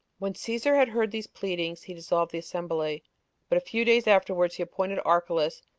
when caesar had heard these pleadings, he dissolved the assembly but a few days afterwards he appointed archelaus,